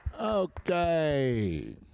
Okay